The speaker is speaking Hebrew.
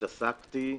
התעסקתי בזה.